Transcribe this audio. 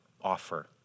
offer